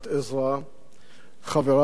חבריו ומוקירי זכרו,